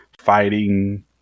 fighting